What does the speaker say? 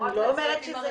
לא רק לצוותים הרפואיים,